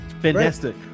Fantastic